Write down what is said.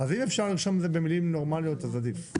אז אם אפשר לרשום את זה במילים נורמאליות אז עדיף.